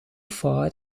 far